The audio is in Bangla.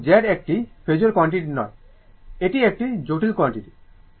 সুতরাং Z একটি ফেজোর কোয়ান্টিটি নয় এটি একটি জটিল কোয়ান্টিটি